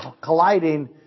colliding